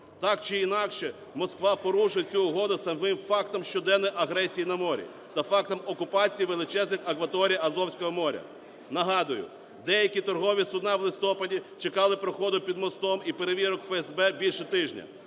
Так чи інакше, Москва порушує цю угоду самим фактом щоденної агресії на морі та фактом окупації величезних акваторій Азовського моря. Нагадую, деякі торгові судна в листопаді чекали проходу під мостом і перевірок ФСБ більше тижня.